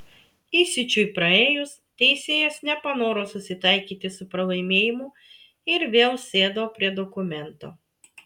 įsiūčiui praėjus teisėjas nepanoro susitaikyti su pralaimėjimu ir vėl sėdo prie dokumento